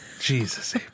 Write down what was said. Jesus